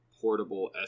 portable